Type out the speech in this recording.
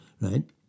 Right